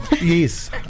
Yes